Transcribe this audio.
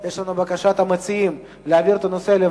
יש לנו בקשת הממשלה להסיר את הנושא מסדר-היום,